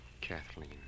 Kathleen